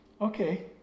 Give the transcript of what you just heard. Okay